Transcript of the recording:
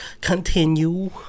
continue